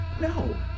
No